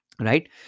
right